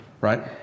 Right